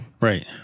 Right